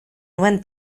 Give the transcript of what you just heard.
nuen